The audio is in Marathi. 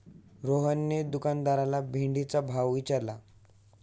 रोहनने दुकानदाराला भेंडीचा भाव विचारला